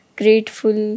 grateful